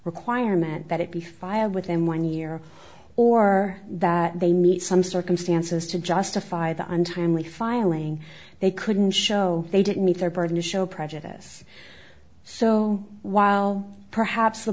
requirement that it be filed within one year or that they meet some circumstances to justify the untimely filing they couldn't show they didn't meet their burden to show prejudice so while perhaps the